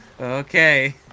Okay